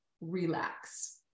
relax